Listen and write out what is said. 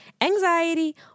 anxiety